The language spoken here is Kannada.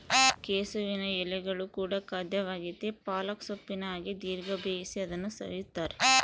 ಕೆಸುವಿನ ಎಲೆಗಳು ಕೂಡ ಖಾದ್ಯವಾಗೆತೇ ಪಾಲಕ್ ಸೊಪ್ಪಿನ ಹಾಗೆ ದೀರ್ಘ ಬೇಯಿಸಿ ಅದನ್ನು ಸವಿಯುತ್ತಾರೆ